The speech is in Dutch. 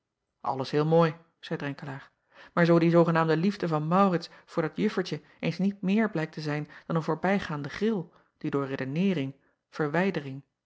lles heel mooi zeî renkelaer maar zoo die zoogenaamde liefde van aurits voor dat juffertje eens niet meer blijkt te zijn dan een voorbijgaande gril die door redeneering verwijdering